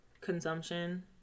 consumption